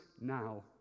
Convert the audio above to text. now